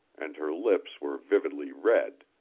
and her lips were vividly red,